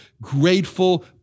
grateful